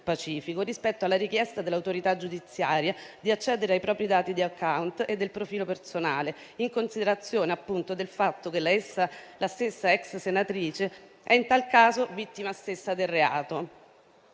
Pacifico rispetto alla richiesta dell'autorità giudiziaria di accedere ai propri dati di *account* e del profilo personale, in considerazione appunto del fatto che la stessa ex senatrice è in tal caso vittima stessa del reato